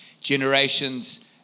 generations